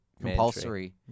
compulsory